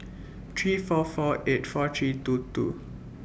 three four four eight four three two two